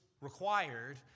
required